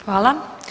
Hvala.